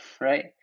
right